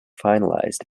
finalized